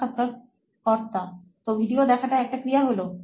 সাক্ষাৎকারকর্তা তো ভিডিও দেখাটা একটা ক্রিয়া হলো